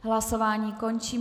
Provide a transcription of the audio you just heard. Hlasování končím.